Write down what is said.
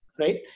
right